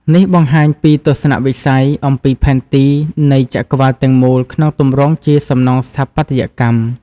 នេះបង្ហាញពីទស្សនៈវិស័យអំពីផែនទីនៃចក្រវាឡទាំងមូលក្នុងទម្រង់ជាសំណង់ស្ថាបត្យកម្ម។